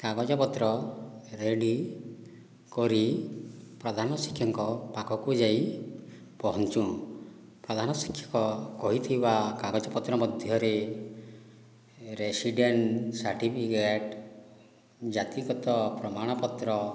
କାଗଜ ପତ୍ର ରେଡି କରି ପ୍ରଧାନ ଶିକ୍ଷକଙ୍କ ପାଖକୁ ଯାଇ ପହଞ୍ଚୁ ପ୍ରଧାନ ଶିକ୍ଷକ କହିଥିବା କାଗଜ ପତ୍ର ମଧ୍ୟରେ ରେସିଡେଣ୍ଟ ସାର୍ଟିଫିକେଟ୍ ଜାତିଗତ ପ୍ରମାଣ ପତ୍ର